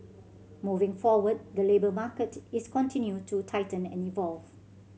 moving forward the labour market is continue to tighten and evolve